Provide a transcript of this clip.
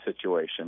situation